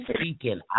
speaking